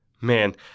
Man